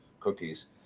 cookies